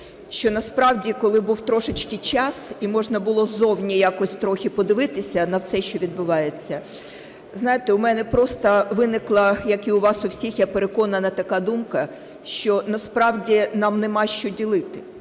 що насправді коли був трошечки час і можна було ззовні якось трохи подивитися на все, що відбувається. Знаєте, у мене просто виникла як і у вас у всіх, я переконана, така думка, що насправді нам нема що ділити.